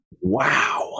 Wow